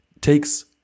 takes